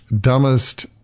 dumbest